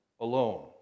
alone